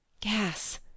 Gas